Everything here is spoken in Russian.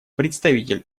представитель